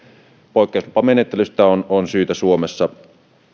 poikkeuslupamenettelystä on on syytä suomessa